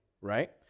Right